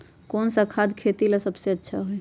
कौन सा खाद खेती ला सबसे अच्छा होई?